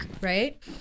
right